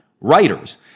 writers